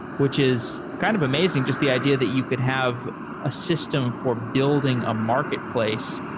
which is kind of amazing just the idea that you could have a system for building a marketplace,